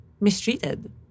mistreated